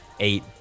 Eight